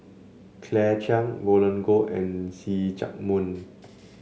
Claire Chiang Roland Goh and See Chak Mun